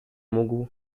mógł